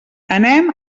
anem